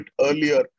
earlier